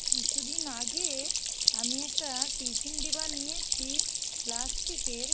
কিছু দিন আগে আমি একটা টিফিন ডিবা নিয়েছি প্লাস্টিকের